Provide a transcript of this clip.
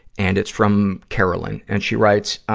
and it's from carolyn, and she writes,